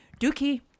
Dookie